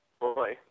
Boy